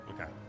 Okay